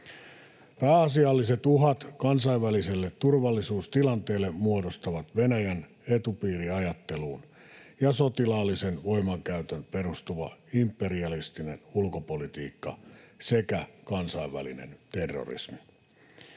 Pääasialliset uhat kansainväliselle turvallisuustilanteelle muodostavat Venäjän etupiiriajatteluun ja sotilaalliseen voimankäyttöön perustuva imperialistinen ulkopolitiikka sekä kansainvälinen terrorismi.